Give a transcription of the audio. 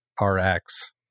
Rx